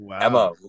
Emma